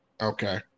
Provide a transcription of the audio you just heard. Okay